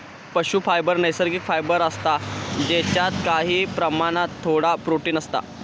पशू फायबर नैसर्गिक फायबर असता जेच्यात काही प्रमाणात थोडा प्रोटिन असता